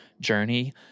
journey